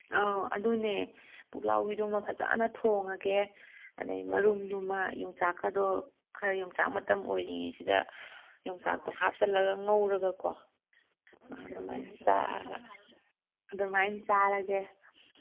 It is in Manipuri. ꯑꯥꯎ ꯑꯗꯨꯅꯦ ꯄꯨꯛꯂꯥꯎꯕꯤꯗꯨꯃ ꯐꯖꯅ ꯊꯣꯡꯉꯒꯦ ꯑꯗꯒꯤ ꯃꯔꯨꯝꯗꯨꯃ ꯌꯣꯡꯆꯥꯛꯀꯗꯣ ꯈꯔ ꯌꯣꯡꯆꯥꯛ ꯃꯇꯝ ꯑꯣꯏꯔꯤꯉꯩꯁꯤꯗ ꯌꯣꯡꯆꯥꯛꯇꯣ ꯍꯥꯞꯆꯜꯂꯒ ꯉꯧꯔꯒꯀꯣ ꯑꯗꯨꯃꯥꯏꯅ ꯆꯥꯔ ꯑꯗꯨꯃꯥꯏꯅ ꯆꯥꯔꯒꯦ